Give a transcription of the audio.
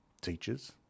teachers